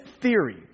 theory